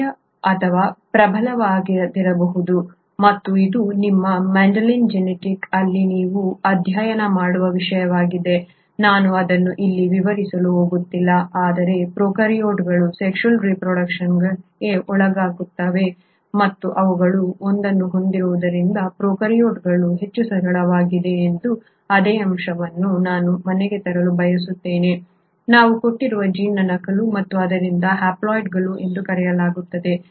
ಪ್ರಾಬಲ್ಯ ಅಥವಾ ಪ್ರಬಲವಾಗದಿರಬಹುದು ಮತ್ತು ಇದು ನಿಮ್ಮ ಮೆಂಡೆಲಿಯನ್ ಜೆನೆಟಿಕ್ ಅಲ್ಲಿ ನೀವು ಅಧ್ಯಯನ ಮಾಡುವ ವಿಷಯವಾಗಿದೆ ನಾನು ಅದನ್ನು ಇಲ್ಲಿ ವಿವರಿಸಲು ಹೋಗುತ್ತಿಲ್ಲ ಆದರೆ ಪ್ರೊಕಾರ್ಯೋಟ್ಗಳು ಸೆಕ್ಷುಯಲ್ ರೆಪ್ರೊಡ್ಯೂಕ್ಷನ್ಗೆ ಒಳಗಾಗುತ್ತವೆ ಮತ್ತು ಅವುಗಳು ಒಂದನ್ನು ಹೊಂದಿರುವುದರಿಂದ ಪ್ರೊಕಾರ್ಯೋಟ್ಗಳು ಹೆಚ್ಚು ಸರಳವಾಗಿವೆ ಎಂಬ ಅದೇ ಅಂಶವನ್ನು ನಾನು ಮನೆಗೆ ತರಲು ಬಯಸುತ್ತೇನೆ ಕೊಟ್ಟಿರುವ ಜೀನ್ನ ನಕಲು ಮತ್ತು ಆದ್ದರಿಂದ ಹ್ಯಾಪ್ಲಾಯ್ಡ್ಗಳು ಎಂದು ಕರೆಯಲಾಗುತ್ತದೆ